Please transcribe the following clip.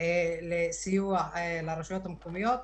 לסיוע לרשויות המקומיות.